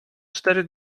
cztery